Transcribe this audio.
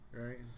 right